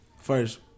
First